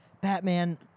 Batman